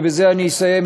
ובזה אני אסיים,